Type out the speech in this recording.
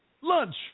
lunch